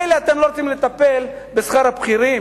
מילא אתם לא רוצים לטפל בשכר הבכירים,